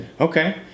Okay